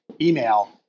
email